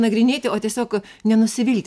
nagrinėti o tiesiog nenusivilti